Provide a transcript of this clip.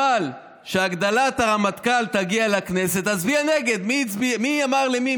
אבל כשהגדלת הרמטכ"ל תגיע לכנסת אצביע נגד" מי אמר למי?